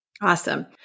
Awesome